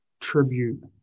tribute